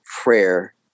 prayer